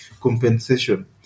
compensation